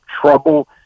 trouble